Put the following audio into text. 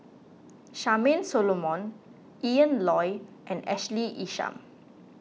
Charmaine Solomon Ian Loy and Ashley Isham